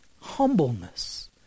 humbleness